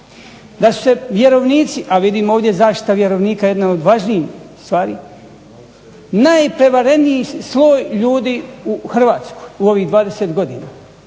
da su se vjerovnici, a vidim ovdje zaštita vjerovnika jedan od važnijih stvari, najprevareniji sloj ljudi u Hrvatskoj u ovih 20 godina,